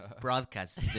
broadcast